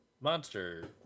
Monster